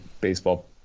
baseball